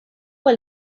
pour